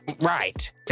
right